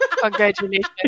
congratulations